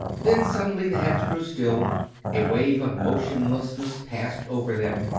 then suddenly the heads grew still a wave of motion lessness passed over them,